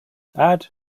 add